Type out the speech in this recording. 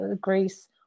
Greece